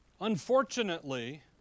Unfortunately